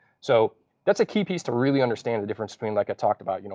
so that's a key piece to really understand the difference between, like i talked about, you know